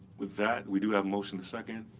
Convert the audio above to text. with that, we do have motion to second,